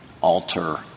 alter